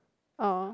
oh